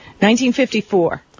1954